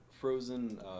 frozen